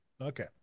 Okay